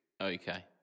Okay